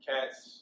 Cats